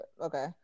okay